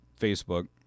Facebook